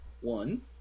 One